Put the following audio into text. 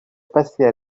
passer